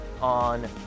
on